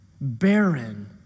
barren